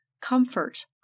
comfort